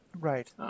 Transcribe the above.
Right